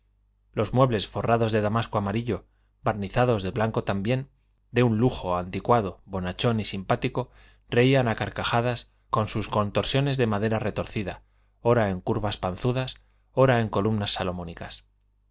los muebles forrados de damasco amarillo barnizados de blanco también de un lujo anticuado bonachón y simpático reían a carcajadas con sus contorsiones de madera retorcida ora en curvas panzudas ora en columnas salomónicas